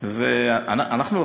אנחנו,